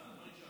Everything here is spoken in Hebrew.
כבוד היושב-ראש,